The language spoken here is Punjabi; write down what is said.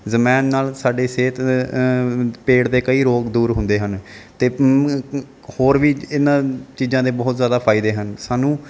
ਜਮੈਣ ਨਾਲ ਸਾਡੀ ਸਿਹਤ ਪੇਟ ਦੇ ਕਈ ਰੋਗ ਦੂਰ ਹੁੰਦੇ ਹਨ ਅਤੇ ਹੋਰ ਵੀ ਇਨ੍ਹਾਂ ਚੀਜ਼ਾਂ ਦੇ ਬਹੁਤ ਜ਼ਿਆਦਾ ਫਾਇਦੇ ਹਨ ਸਾਨੂੰ